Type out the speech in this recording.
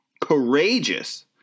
courageous